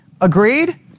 Agreed